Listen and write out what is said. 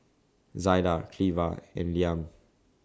Zaida Cleva and Liam